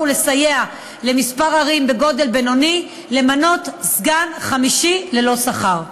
ולסייע לכמה ערים בגודל בינוני למנות סגן חמישי ללא שכר.